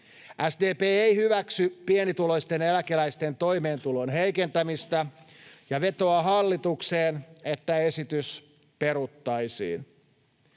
SDP ei hyväksy pienituloisten eläkeläisten toimeentulon heikentämistä ja vetoaa hallitukseen, että esitys peruttaisiin.